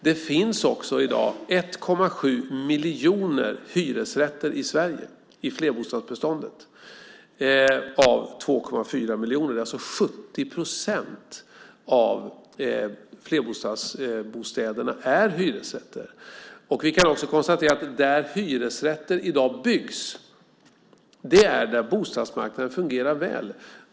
Det finns i dag 1,7 miljoner hyresrätter i Sverige i flerbostadsbeståndet, av totalt 2,4 miljoner. 70 procent av bostäderna i flerbostadsbeståndet är alltså hyresrätter. Vi kan också konstatera att hyresrätter i dag byggs där bostadsmarknaden fungerar väl.